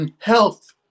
health